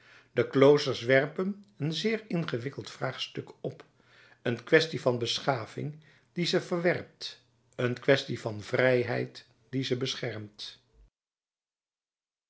de kloosters werpen een zeer ingewikkeld vraagstuk op een kwestie van beschaving die ze verwerpt een kwestie van vrijheid die ze beschermt